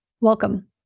Welcome